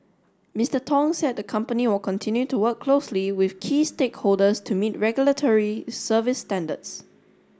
Mister Tong said the company will continue to work closely with key stakeholders to meet regulatory service standards